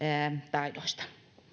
taidoista